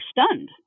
stunned